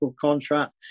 contract